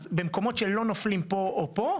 אז במקומות שלא נופלים פה או פה,